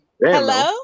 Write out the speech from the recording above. Hello